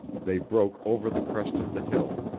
they broke over the crest of the hill.